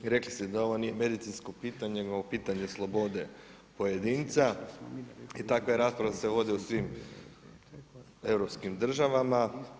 I rekli ste da ovo nije medicinsko pitanje, nego pitanje slobode pojedinca i takva rasprava se vodi u svim europskim državama.